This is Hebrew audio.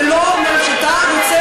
ולא מאפשרת,